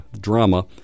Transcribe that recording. drama